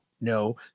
no